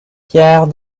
pierre